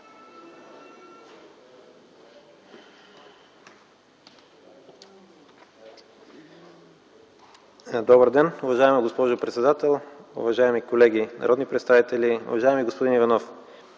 Добър ден, уважаема госпожо председател, уважаеми колеги народни представители! Уважаеми господин Иванов,